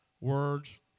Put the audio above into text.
words